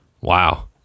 Wow